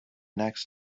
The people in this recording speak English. next